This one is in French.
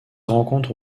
rencontre